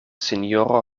sinjoro